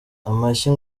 amashyi